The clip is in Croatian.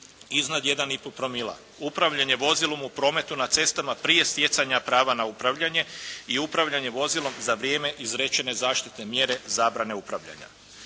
iznad 1,5 promila, upravljanje vozilom u prometu na cestama prije stjecanja prava na upravljanje i upravljanje vozilom za vrijeme izrečene zaštitne mjere zabrane upravljanja.